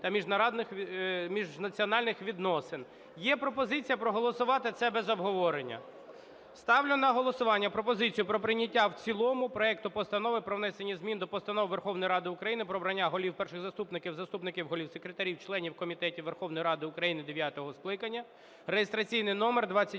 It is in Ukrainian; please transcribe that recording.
та міжнаціональних відносин. Є пропозиція проголосувати це без обговорення. Ставлю на голосування пропозицію про прийняття в цілому проекту Постанови про внесення змін до Постанови Верховної Ради України про обрання голів, перших заступників, заступників голів, секретарів, членів комітетів Верховної Ради України дев'ятого скликання (реєстраційний номер